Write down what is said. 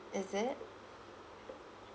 is it